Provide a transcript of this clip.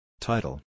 Title